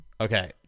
Okay